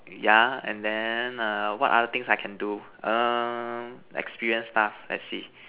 yeah and then err what other things I can do err experience stuff let's see